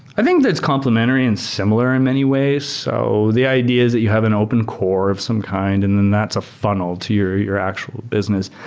i think that's complementary and similar in many ways. so the idea is that you have an open core of some kind and then that's a funnel to your your actual business.